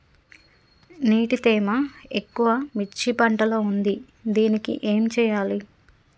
నీటి తేమ ఎక్కువ మిర్చి పంట లో ఉంది దీనికి ఏం చేయాలి?